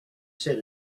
said